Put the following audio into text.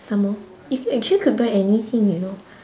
some more you could actually you could buy anything you know